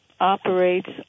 operates